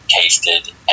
tasted